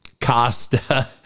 Costa